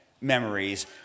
memories